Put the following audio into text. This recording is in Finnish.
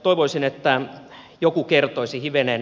toivoisin että joku kertoisi hivenen